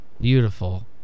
Beautiful